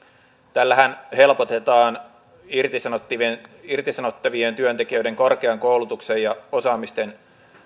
tällähän helpotetaan irtisanottavien irtisanottavien työntekijöiden korkean koulutuksen ja osaamisen